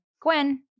Gwen